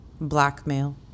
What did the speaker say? blackmail